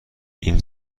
این